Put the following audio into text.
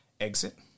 exit